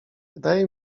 wydaje